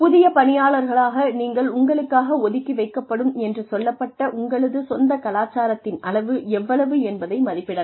புதிய பணியாளராக நீங்கள் உங்களுக்காக ஒதுக்கி வைக்கப்படும் என்று சொல்லப்பட்ட உங்களது சொந்த கலாச்சாரத்தின் அளவு எவ்வளவு என்பதை மதிப்பிடலாம்